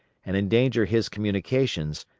and endanger his communications,